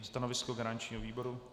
Stanovisko garančního výboru?